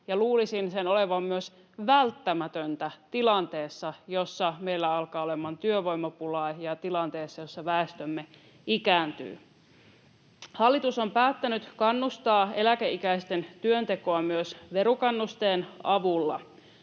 luulisin sen olevan myös välttämätöntä tilanteessa, jossa meillä alkaa olemaan työvoimapulaa, ja tilanteessa, jossa väestömme ikääntyy. Hallitus on päättänyt kannustaa eläkeikäisten työntekoon myös verokannusteen avulla,